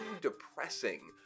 depressing